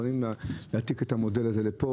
מוכנים להעתיק את המודל הזה לפה.